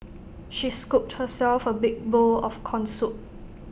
she scooped herself A big bowl of Corn Soup